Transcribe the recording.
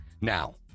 Now